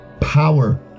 Power